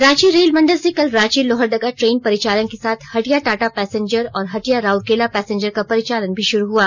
Ranchi rail मंडल से कल रांची लोहरदगा ट्रेन परिचालन के साथ हटिया टाटा पैसेंजर और हटिया राउरकेला पैसेंजर का परिचालन भी शुरू हुआ